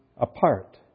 apart